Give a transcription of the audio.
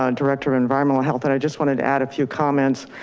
um director of environmental health and i just wanted to add a few comments.